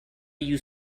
you